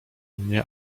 mnie